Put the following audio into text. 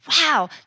wow